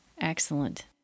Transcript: Excellent